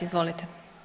Izvolite.